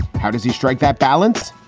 how does he strike that balance?